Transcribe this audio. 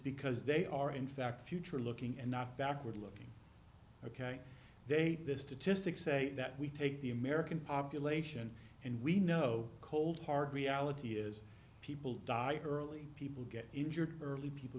because they are in fact future looking and not backward looking ok date this to to stick say that we take the american population and we know cold hard reality is people die early people get injured early people